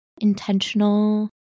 intentional